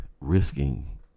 risking